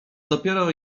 dopiero